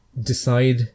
decide